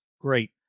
Great